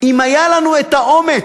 אם היה לנו את האומץ,